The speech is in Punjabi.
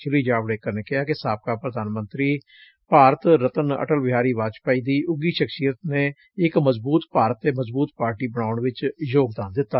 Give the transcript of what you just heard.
ਸ਼ੀ ਜਾਵਤੇਕਰ ਨੇ ਕਿਹਾ ਕਿ ਸਾਬਕਾ ਪ੍ਰਧਾਨ ਮੰਤਰੀ ਭਾਰਤ ਰਤਨ ਅਟਲ ਬਿਹਾਰੀ ਵਾਜਪੇਈ ਦੀ ਉਂਘੀ ਸ਼ਖਸੀਅਤ ਨੇ ਇਕ ਮਜਬੁਤ ਭਾਰਤ ਤੇ ਮਜਬੁਤ ਪਾਰਟੀ ਬਣਾਉਣ ਵਿਚ ਯੋਗਦਾਨ ਦਿੱਤਾ